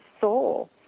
soul